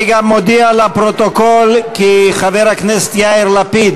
אני גם מודיע לפרוטוקול כי חבר הכנסת יאיר לפיד